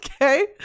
okay